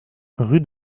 rue